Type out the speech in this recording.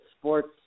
sports